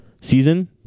season